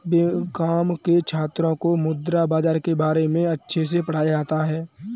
BCom के छात्रों को मुद्रा बाजार के बारे में अच्छे से पढ़ाया जाता है